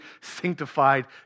sanctified